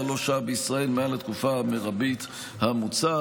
לא שהה בישראל מעל התקופה המרבית המוצעת.